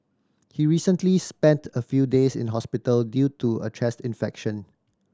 he recently spent a few days in hospital due to a chest infection